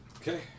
Okay